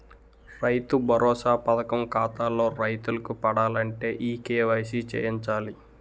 రైతు భరోసా పథకం ఖాతాల్లో రైతులకు పడాలంటే ఈ కేవైసీ చేయించాలి